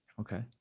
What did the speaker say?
Okay